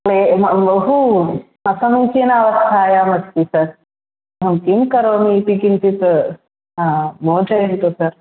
play बहु असमीचीन अवस्थायाम् अस्ति सर् अहं किं करोमि इति किञ्चित् मोचयन्तु सर्